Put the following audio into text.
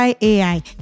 AI